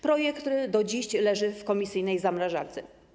Projekt do dziś leży w komisyjnej zamrażarce.